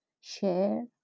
share